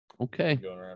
okay